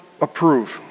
approve